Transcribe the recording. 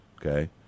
Okay